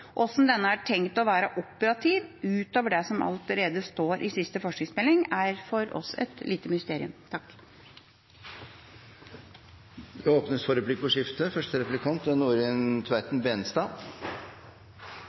Hvordan den er tenkt å være operativ utover det som allerede står i siste forskningsmelding, er for oss et lite mysterium. Det blir replikkordskifte. Regjeringa er